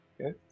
Okay